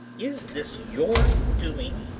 is this your doing?